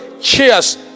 cheers